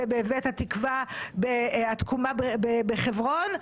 ובבית התקומה בחברון.